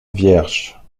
vierge